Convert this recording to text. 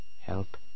Help